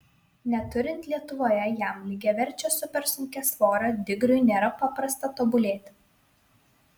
neturint lietuvoje jam lygiaverčio supersunkiasvorio digriui nėra paprasta tobulėti